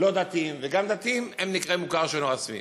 לא-דתיים וגם דתיים, הם נקראים מוכר שאינו רשמי.